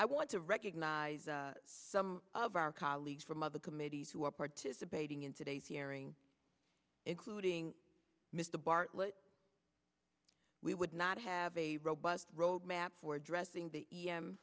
i want to recognize some of our colleagues from other committees who are participating in today's hearing including mr bartlett we would not have a robust roadmap for addressing the e m